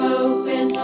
open